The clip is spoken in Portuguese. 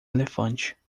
elefante